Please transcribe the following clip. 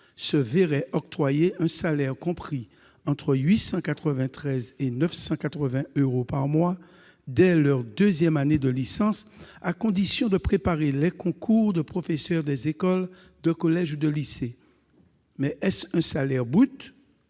se verraient octroyer un salaire compris entre 893 et 980 euros par mois dès leur deuxième année de licence, à condition de préparer les concours de professeur des écoles, de collège ou de lycée. Mais est-ce un salaire brut